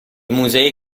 musei